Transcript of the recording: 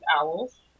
owls